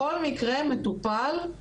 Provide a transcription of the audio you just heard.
אבל כל מקרה מטופל.